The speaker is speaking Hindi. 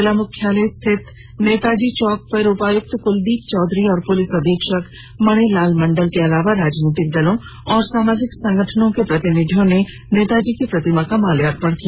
जिला मुख्यालय स्थित नेताजी चौक पर उपायुक्त कुलदीप चौधरी और पुलिस अधीक्षक मणिलाल मंडल के अलावा राजनीतिक दलों तथा सामाजिक संगठनों के प्रतिनिधियों ने नेताजी की प्रतिमा पर माल्यार्पण किया